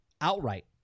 outright